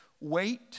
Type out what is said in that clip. Wait